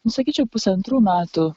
nu sakyčiau pusantrų metų